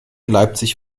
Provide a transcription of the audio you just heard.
leipzig